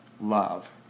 love